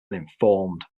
informed